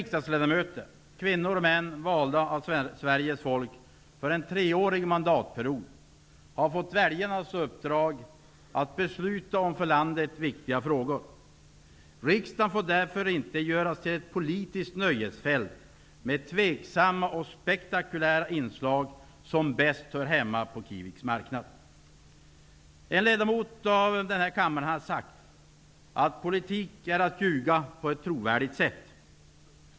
Sveriges folk för en treårig mandatperiod har fått väljarnas uppdrag att besluta om för landet viktiga frågor. Riksdagen får därför inte göras till ett politiskt nöjesfält med tveksamma och spektakulära inslag som bäst hör hemma på Kiviks marknad. En ledamot av denna kammare har sagt att ''politik är att ljuga på ett trovärdigt sätt''.